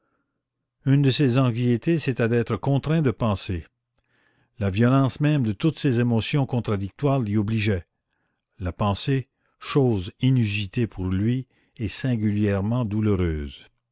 une de ses anxiétés c'était d'être contraint de penser la violence même de toutes ces émotions contradictoires l'y obligeait la pensée chose inusitée pour lui et singulièrement douloureuse